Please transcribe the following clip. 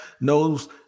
knows